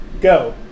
Go